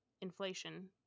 inflation